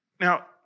Now